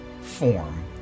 form